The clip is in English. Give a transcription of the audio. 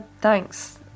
thanks